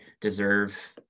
deserve